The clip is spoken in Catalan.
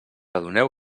adoneu